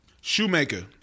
Shoemaker